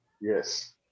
Yes